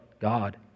God